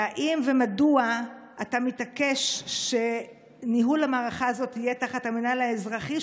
ואם ומדוע אתה מתעקש שניהול המערכה הזאת יהיה תחת המינהל האזרחי,